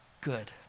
good